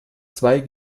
zwei